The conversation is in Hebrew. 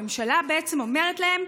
הממשלה בעצם אומרת להם: